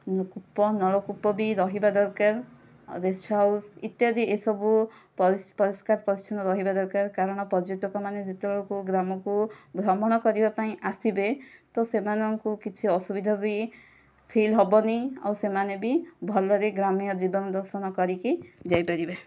କୂପ ନଳକୂପ ବି ରହିବା ଦରକାର ଗେଷ୍ଟ ହାଉସ ଇତ୍ୟାଦି ଏସବୁ ପରି ପରିଷ୍କାର ପରିଚ୍ଛନ୍ନ ରହିବା ଦରକାର କାରଣ ପର୍ଯ୍ୟଟକମାନେ ଯେତବେଳେ କେଉଁ ଗ୍ରାମକୁ ଭ୍ରମଣ କରିବା ପାଇଁ ଆସିବେ ତ ସେମାନଙ୍କୁ କିଛି ଅସୁବିଧା ବି ଫିଲ୍ ହେବନି ଆଉ ସେମାନେ ବି ଭଲରେ ଗ୍ରାମୀଣ ଜୀବନ ଦର୍ଶନ କରିକି ଯାଇପାରିବେ